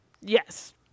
yes